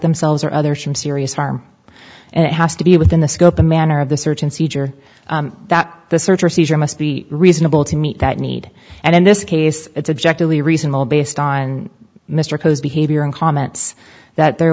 themselves or others from serious harm and it has to be within the scope the manner of the search and seizure that the search or seizure must be reasonable to meet that need and in this case it's objectively reasonable based on mr behavior and comments that there